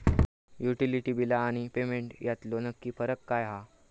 Utility बिला आणि payment यातलो नक्की फरक काय हा?